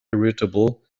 irritable